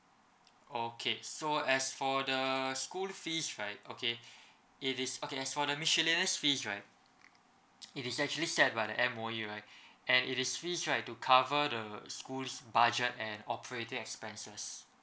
okay so as for the school fees right okay it is okay as for the miscellaneous fees right it is actually set by the M_O_E right and it is fees right to cover the school's budget and operating expenses